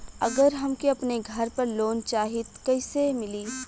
अगर हमके अपने घर पर लोंन चाहीत कईसे मिली?